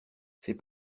ces